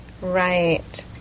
Right